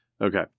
Okay